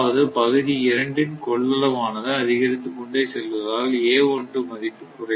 அதாவது பகுதி இரண்டின் பகுதி கொள்ளளவு ஆனது அதிகரித்துக்கொண்டே செல்வதால் மதிப்பு குறைகிறது